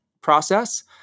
process